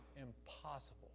impossible